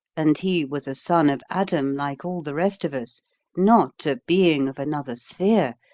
and he was a son of adam, like all the rest of us not a being of another sphere,